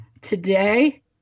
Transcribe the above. today